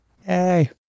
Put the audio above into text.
hey